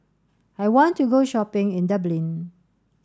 I want to go shopping in Dublin